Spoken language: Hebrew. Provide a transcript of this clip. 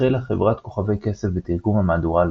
החלה חברת כוכבי-כסף בתרגום המהדורה לעברית.